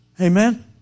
amen